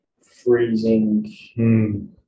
freezing